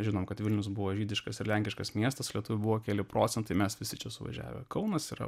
žinom kad vilnius buvo žydiškas ir lenkiškas miestas lietuvoj keli procentai mes visi čia suvažiavę kaunas yra